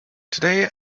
today